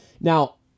Now